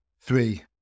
three